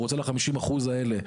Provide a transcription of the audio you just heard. והוא רוצה על חמישים האחוזים האלה,